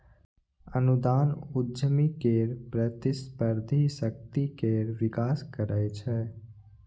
अनुदान उद्यमी केर प्रतिस्पर्धी शक्ति केर विकास करै छै